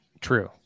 true